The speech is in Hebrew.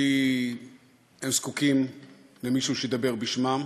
כי הם זקוקים למישהו שידבר בשמם,